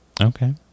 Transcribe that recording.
Okay